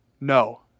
No